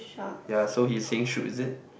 ya so he's saying shoot is it